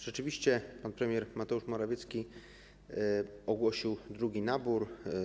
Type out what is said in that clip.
Rzeczywiście pan premier Mateusz Morawiecki ogłosił drugi nabór.